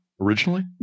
originally